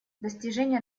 достижение